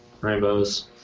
Rainbows